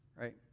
right